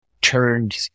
turned